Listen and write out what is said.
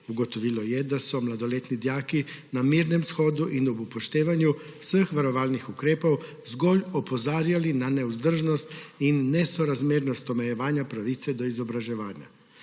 Ugotovilo je, da so mladoletni dijaki na mirnem shodu in ob upoštevanju vseh varovalnih ukrepov zgolj opozarjali na nevzdržnost in nesorazmernost omejevanja pravice do izobraževanja.